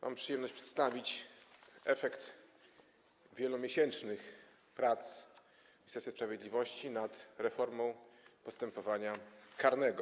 Mam przyjemność przedstawić efekt wielomiesięcznych prac w Ministerstwie Sprawiedliwości nad reformą postępowania karnego.